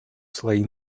слои